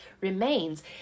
remains